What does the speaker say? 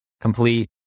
complete